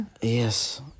Yes